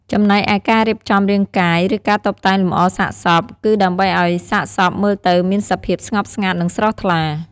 ចំណែកឯការរៀបចំរាងកាយ ឬការតុបតែងលម្អសាកសព គឺដើម្បីឱ្យសាកសពមើលទៅមានសភាពស្ងប់ស្ងាត់ និងស្រស់ថ្លា។